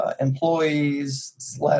employees